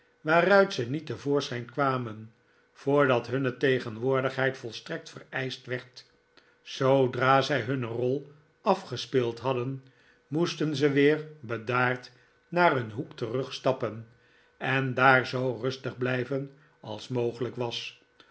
waaruit ze niet te voorschijn kwamen voordat hunne tegenwoordigheid volstrekt vereischt werd zoodra zij hunne rol afgespeeld hadden moesten ze weer bedaard naar hun hoek terug stappen en daar zoo rustig blijven als mogelijk was